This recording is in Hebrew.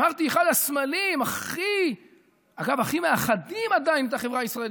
אחד הסמלים הכי מאחדים עדיין את החברה הישראלית,